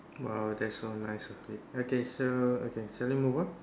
!wow! that's so nice of him okay so okay shall we move on